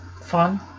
fun